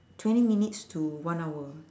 twenty minutes to one hour